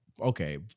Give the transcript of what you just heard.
Okay